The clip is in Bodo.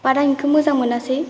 बारा बेखौ मोजां मोनासै